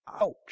Ouch